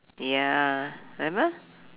ya remember